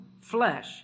flesh